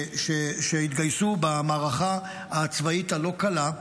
שהתגייסו במערכה הצבאית הלא-קלה,